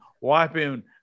wiping